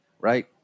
right